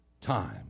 time